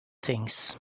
things